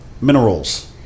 minerals